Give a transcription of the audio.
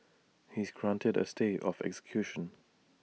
he is granted A stay of execution